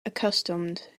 accustomed